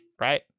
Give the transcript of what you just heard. right